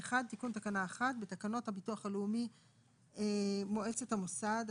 תיקון תקנה 1 בתקנות הביטוח לאומי (מועצת המוסד),